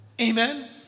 Amen